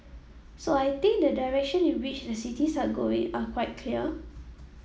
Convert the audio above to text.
so I think the direction in which the cities are going are quite clear